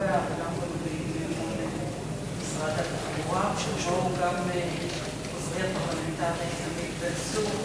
אקדים ואומר שאומנם חבר הכנסת לוין רשום שני בהצעת החוק הזאת,